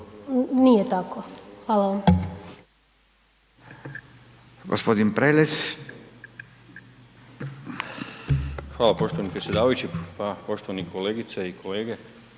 nije tako. Hvala vam.